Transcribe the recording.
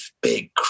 big